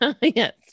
yes